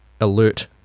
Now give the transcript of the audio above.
alert